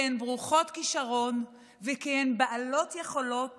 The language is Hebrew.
כי הן ברוכות כישרון וכי הן בעלות יכולות